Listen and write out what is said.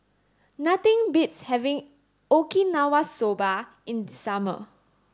nothing beats having Okinawa soba in the summer